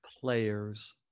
players